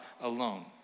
alone